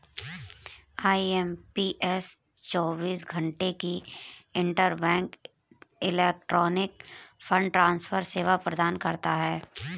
IMPS चौबीस घंटे की इंटरबैंक इलेक्ट्रॉनिक फंड ट्रांसफर सेवा प्रदान करता है